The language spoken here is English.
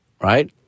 Right